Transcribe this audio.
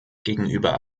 gegenüber